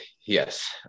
yes